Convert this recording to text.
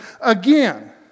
Again